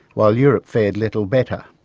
while europe fared little better.